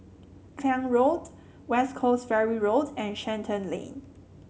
Klang Road West Coast Ferry Road and Shenton Lane